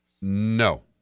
No